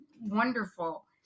wonderful